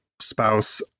spouse